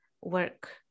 work